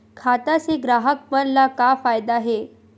खाता से ग्राहक मन ला का फ़ायदा हे?